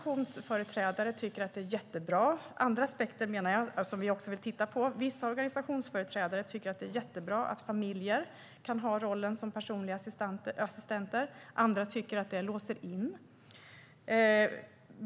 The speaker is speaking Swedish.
Och det är andra aspekter som vi också vill titta på. Vissa organisationsföreträdare tycker att det är jättebra att familjer kan ha rollen som personliga assistenter. Andra tycker att det låser in.